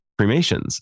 cremations